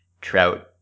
Trout